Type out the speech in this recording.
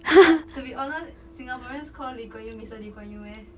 but to be honest singaporean's call lee kuan yew mister lee kuan yew meh